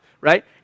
right